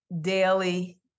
daily